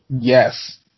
Yes